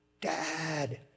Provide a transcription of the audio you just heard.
Dad